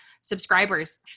subscribers